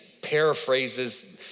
paraphrases